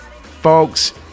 Folks